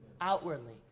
outwardly